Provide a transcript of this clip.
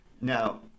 Now